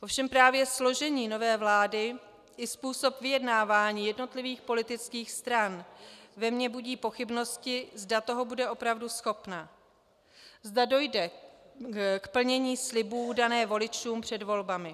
Ovšem právě složení nové vlády i způsob vyjednávání jednotlivých politických stran ve mně budí pochybnosti, zda toho bude opravdu schopna, zda dojde k plnění slibů daných voličů před volbami.